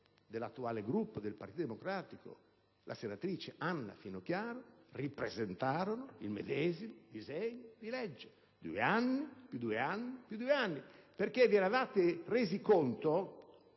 del Gruppo del Partito Democratico, la senatrice Anna Finocchiaro, ripresentarono il medesimo disegno di legge, secondo lo schema "due anni più due anni più due anni", perché vi eravate resi conto